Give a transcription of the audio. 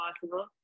possible